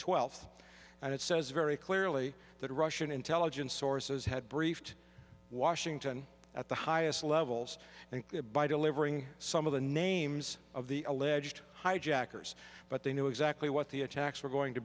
twelfth and it says very clearly that russian intelligence sources had briefed washington at the highest levels and by delivering some of the names of the alleged hijackers but they knew exactly what the attacks were going to